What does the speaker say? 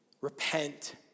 repent